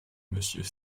monsieur